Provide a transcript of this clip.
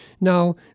Now